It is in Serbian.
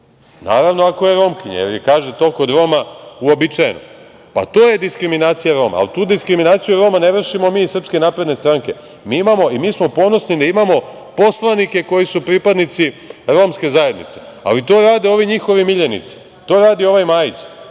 ako je Romkinja, jer kaže da je to kod Roma uobičajeno. Pa, to je diskriminacija Roma, ali tu diskriminaciju Roma ne vršimo mi iz Srpske napredne stranke, mi smo ponosni jer imamo poslanike koji su pripadnici romske zajednice, ali to rade ovi njihovi miljenici, to radi ovaj Majić